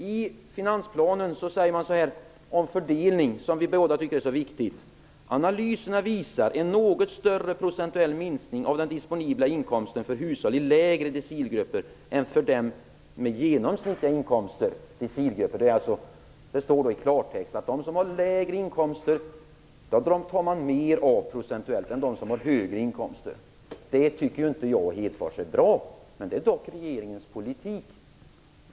I finansplanen sägs om fördelning, som vi båda tycker är så viktigt: Analyserna visar en något större procentuell minskning av den disponibla inkomsten för hushåll i lägre decilgrupper än för dem med genomsnittliga inkomster. Det står i klartext att dem som har lägre inkomster skall man procentuellt ta mer av än av dem som har högre inkomster. Det tycker inte jag är bra, Lars Hedfors, men det är dock regeringens politik.